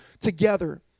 together